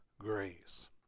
grace